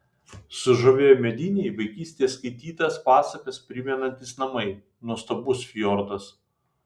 sužavėjo mediniai vaikystėje skaitytas pasakas primenantys namai nuostabus fjordas